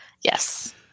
Yes